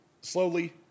slowly